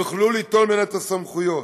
הם יוכלו ליטול ממנה את הסמכויות.